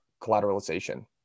collateralization